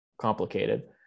complicated